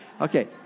Okay